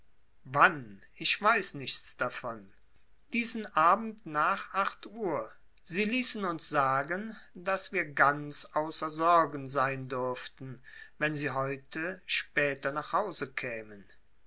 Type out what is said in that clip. wann ich weiß nichts davon diesen abend nach acht uhr sie ließen uns sagen daß wir ganz außer sorgen sein dürften wenn sie heute später nach hause kämen